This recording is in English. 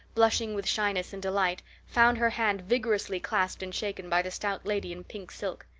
blushing with shyness and delight, found her hand vigorously clasped and shaken by the stout lady in pink silk.